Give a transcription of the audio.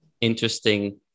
interesting